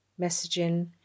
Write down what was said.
messaging